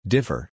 Differ